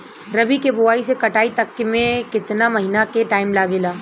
रबी के बोआइ से कटाई तक मे केतना महिना के टाइम लागेला?